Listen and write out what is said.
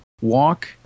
walk